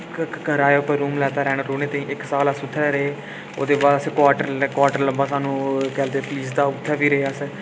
कराए पर रूम लैता रैह्ने ताईं इक साल अस उत्थै रेह् ओह्दे बाद अस क्वाटर क्वाटर लब्भा स्हानू केह् आखदे पुलिस दा उत्थै बी रेह् अस